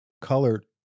colored